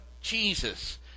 Jesus